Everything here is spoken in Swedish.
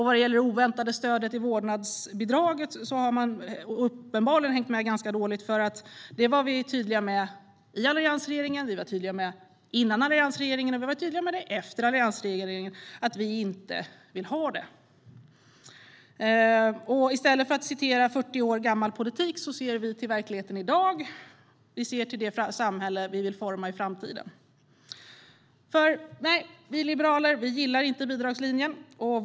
Vad gäller det oväntade stödet till vårdnadsbidraget har man uppenbarligen hängt med dåligt. Vi var tydliga i alliansregeringen, före alliansregeringen och efter alliansregeringen att vi inte vill ha det. I stället för att citera 40 år gammal politik ser vi till verkligheten i dag och det samhälle vi vill forma i framtiden. Vi liberaler gillar inte bidragslinjen.